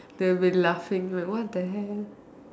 they'll be laughing like what the hell